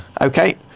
Okay